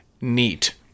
Neat